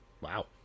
Wow